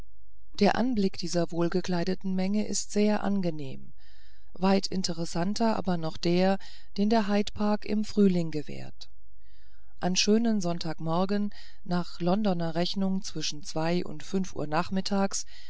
der anblick dieser wohlgekleideten menge ist sehr angenehm weit interessanter aber noch der den der hyde park im frühling gewährt an schönen sonntagsmorgen nach londoner rechnung zwischen zwei und fünf uhr nachmittags